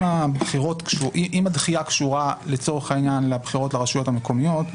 אם הדחייה קשורה לצורך העניין לבחירות לרשויות המקומיות,